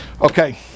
Okay